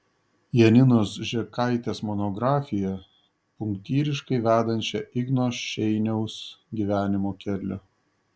janinos žekaitės monografiją punktyriškai vedančią igno šeiniaus gyvenimo keliu